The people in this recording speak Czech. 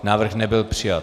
Návrh nebyl přijat.